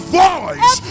voice